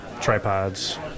tripods